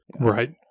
right